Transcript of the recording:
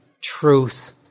truth